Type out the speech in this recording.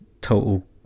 total